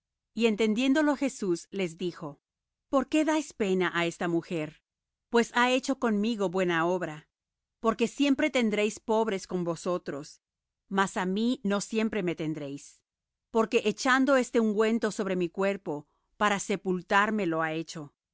y entendiéndolo jesús les dijo por qué dais pena á esta mujer pues ha hecho conmigo buena obra porque siempre tendréis pobres con vosotros mas á mí no siempre me tendréis porque echando este unguento sobre mi cuerpo para sepultarme lo ha hecho